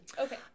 Okay